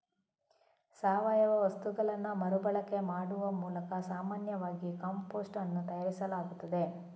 ಸಾವಯವ ವಸ್ತುಗಳನ್ನ ಮರು ಬಳಕೆ ಮಾಡುವ ಮೂಲಕ ಸಾಮಾನ್ಯವಾಗಿ ಕಾಂಪೋಸ್ಟ್ ಅನ್ನು ತಯಾರಿಸಲಾಗ್ತದೆ